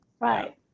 right